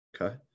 okay